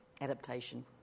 adaptation